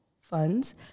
funds